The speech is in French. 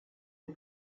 les